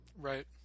Right